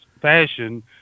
fashion